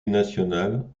nationale